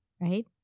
right